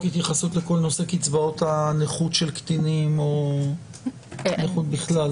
התייחסות לכל נושא קצבאות הנכות של קטינים או נכות בכלל.